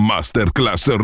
Masterclass